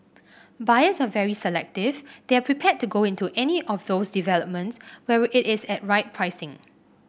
buyers are very selective they are prepared to go into any of those developments where it is at right pricing